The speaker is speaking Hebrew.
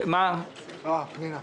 בבקשה.